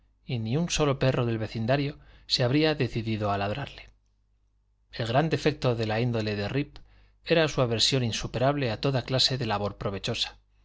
y ni un sólo perro del vecindario se habría decidido a ladrarle el gran defecto de la índole de rip era su aversión insuperable a toda clase de labor provechosa